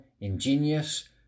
ingenious